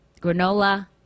granola